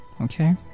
Okay